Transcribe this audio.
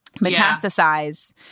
metastasize